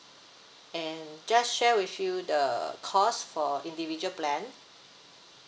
and just share with you the cost for individual plan